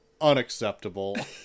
Unacceptable